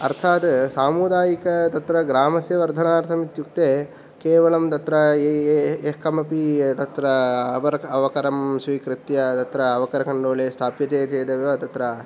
अर्थात् सामुदायिक तत्र ग्रामस्य वर्धनार्थम् इत्युक्ते केवलं तत्र एकमपि तत्र अवर्क अवकरम् स्वीकृत्य तत्र अवकरणरोले यदि स्थाप्यते चेत् तत्र